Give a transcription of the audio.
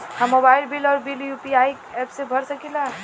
हम mobile bill और bill UPI app से भर सकिला